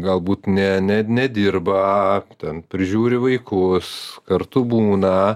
galbūt ne ne nedirba ten prižiūri vaikus kartu būna